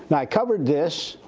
and i covered this,